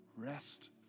Rest